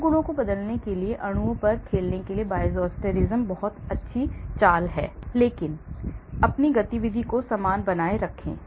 इन गुणों को बदलने के लिए अणुओं पर खेलने के लिए Bioisosterism बहुत अच्छी चाल है लेकिन अपनी गतिविधि को समान बनाए रखें